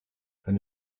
kann